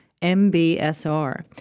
MBSR